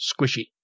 squishy